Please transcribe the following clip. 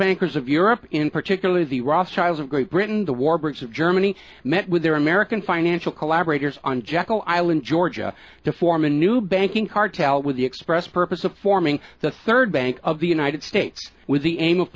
bankers of europe in particular the rothschilds and great britain the warbirds of germany met with their american financial collaborators on jekyll island georgia to form a new banking cartel with the express purpose of forming the third bank of the united states with the aim of